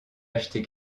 acheter